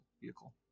vehicle